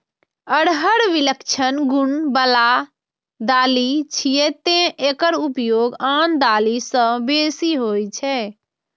अरहर विलक्षण गुण बला दालि छियै, तें एकर उपयोग आन दालि सं बेसी होइ छै